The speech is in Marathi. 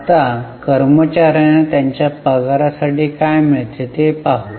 आता कर्मचार्यांना त्यांच्या पगारासाठी काय मिळते ते पाहू